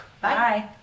Bye